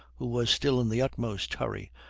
who was still in the utmost hurry,